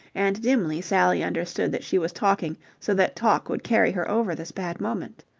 and dimly sally understood that she was talking so that talk would carry her over this bad moment.